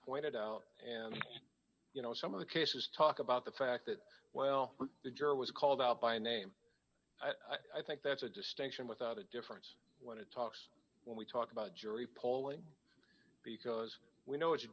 pointed out and you know some of the cases talk about the fact that well the jury was called out by name i think that's a distinction without a difference when it talks when we talk about jury polling because we know what